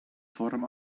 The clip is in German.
forum